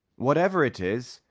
whatever it is,